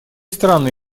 страны